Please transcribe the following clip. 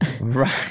Right